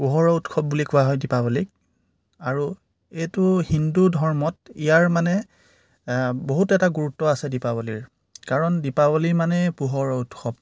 পোহৰৰ উৎসৱ বুলি কোৱা হয় দীপাৱলীক আৰু এইটো হিন্দু ধৰ্মত ইয়াৰ মানে বহুত এটা গুৰুত্ব আছে দীপাৱলীৰ কাৰণ দীপাৱলী মানেই পোহৰৰ উৎসৱ